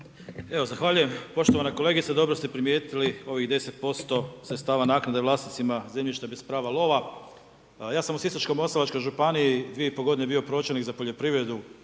Zahvaljujem. Poštovana kolegice dobro ste primijetili ovih 10 % sredstava naknade vlasnicima zemljišta bez prava lova. Ja sam u Sisačko-moslavačkoj županiji 2,5 godine bio pročelnik za poljoprivredu.